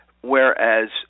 whereas